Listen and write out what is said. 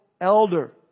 elder